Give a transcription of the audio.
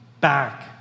back